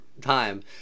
time